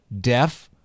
deaf